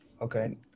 okay